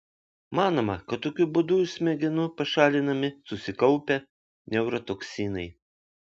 manoma kad tokiu būdu iš smegenų pašalinami susikaupę neurotoksinai